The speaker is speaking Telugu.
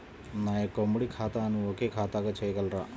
నా యొక్క ఉమ్మడి ఖాతాను ఒకే ఖాతాగా చేయగలరా?